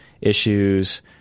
issues